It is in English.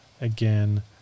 Again